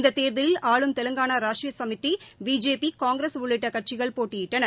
இந்ததேர்தலில் ஆளும் தெலங்காளா ராஷ்ட்ரீயசமீதி பிஜேபி காங்கிரஸ் உள்ளிட்டகட்சிகள் போட்டியிட்டன